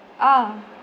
ah